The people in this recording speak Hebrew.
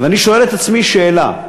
ואני שואל את עצמי שאלה: